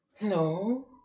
No